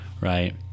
right